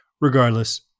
Regardless